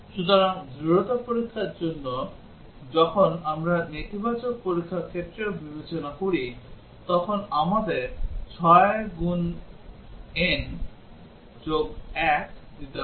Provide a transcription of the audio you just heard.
সুতরাং দৃঢ়তা পরীক্ষার জন্য যখন আমরা নেতিবাচক পরীক্ষার ক্ষেত্রেও বিবেচনা করি তখন আমাদের 6n1 দিতে হবে